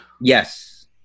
Yes